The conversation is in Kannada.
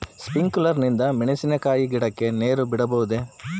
ಸ್ಪಿಂಕ್ಯುಲರ್ ನಿಂದ ಮೆಣಸಿನಕಾಯಿ ಗಿಡಕ್ಕೆ ನೇರು ಬಿಡಬಹುದೆ?